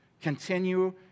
Continue